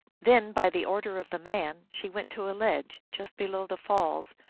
then, by the order of the man, she went to a ledge just below the falls,